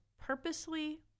purposely